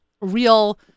real